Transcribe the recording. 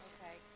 Okay